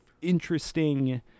interesting